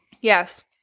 Yes